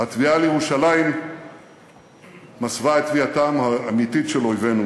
התביעה על ירושלים מסווה את תביעתם האמיתית של אויבינו,